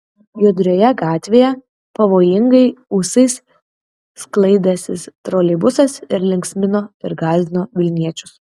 judrioje gatvėje pavojingai ūsais sklaidęsis troleibusas ir linksmino ir gąsdino vilniečius